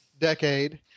decade